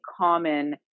common